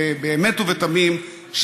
באמת ובתמים,